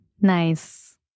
Nice